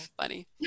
funny